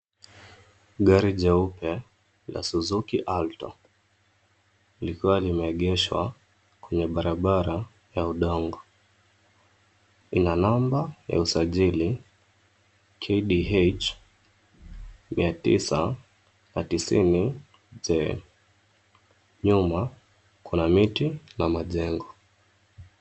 Gari jeupe la Suzuki Alto likiwa limeegeshwa kwenye barabara ya udongo. Lina namba ya usajili KDH 990J. Nyuma kuna miti na majengo.